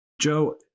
Joe